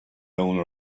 owner